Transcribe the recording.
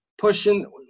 pushing